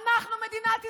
אנחנו מדינת ישראל.